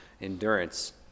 endurance